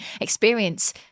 experience